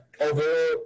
Over